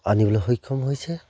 আনিবলৈ সক্ষম হৈছে